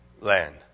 land